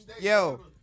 Yo